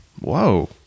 whoa